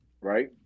right